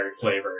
flavor